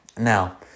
Now